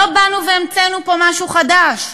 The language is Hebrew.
לא באנו והמצאנו פה משהו חדש.